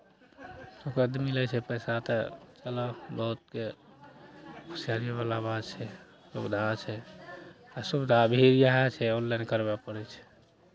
सुखद मिलै छै पैसा तऽ चलह बहुतकेँ खुशहालीवला बात छै सुविधा छै आओर सुविधा भी इएह छै ऑनलाइन करबय पड़ैत छै